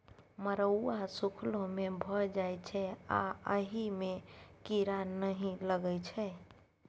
मरुआ सुखलो मे भए जाइ छै आ अहि मे कीरा नहि लगै छै